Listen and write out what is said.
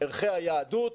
ערכי היהדות,